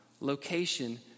location